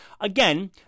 Again